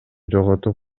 жоготуп